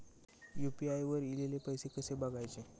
UPI वर ईलेले पैसे कसे बघायचे?